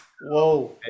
Whoa